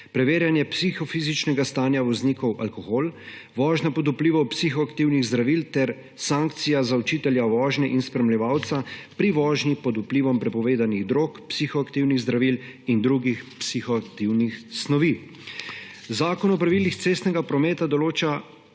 preverjanje psihofizičnega staja voznikov, alkohol, vožnja pod vplivom psihoaktivnih zdravil ter sankcija za učitelja vožnje in spremljevalca pri vožnji pod vplivom prepovedanih drog, psihoaktivnih zdravil in drugih psihoaktivnih snovi. Zakon o pravilih cestnega prometa določa